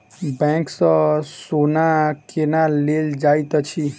bank सँ सोना केना लेल जाइत अछि